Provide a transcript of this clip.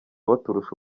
baturusha